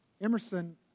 Emerson